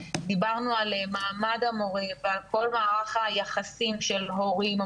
דיברנו על מעמד המורה ועל כל מערך היחסים של הורים,